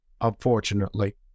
Unfortunately